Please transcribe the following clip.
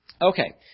Okay